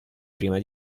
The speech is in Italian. prima